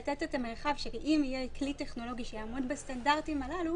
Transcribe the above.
לתת את המרחב שאם יהיה כלי טכנולוגי שיעמוד בסטנדרטים הללו